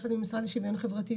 יחד עם המשרד לשוויון חברתי,